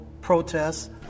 protests